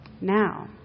Now